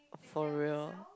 for real